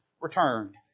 returned